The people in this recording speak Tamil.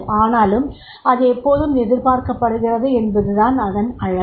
ஆனாலும் அது எப்போதும் எதிர்பார்க்கப்படுகிறது என்பது தான் அதன் அழகு